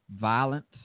Violence